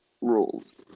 rules